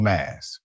Mass